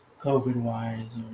COVID-wise